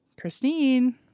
Christine